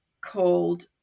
called